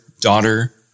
daughter